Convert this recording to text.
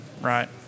right